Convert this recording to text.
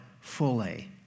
fully